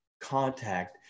contact